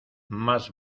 más